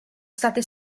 state